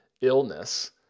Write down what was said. illness